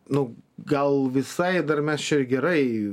nu gal visai dar mes čia gerai